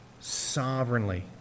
sovereignly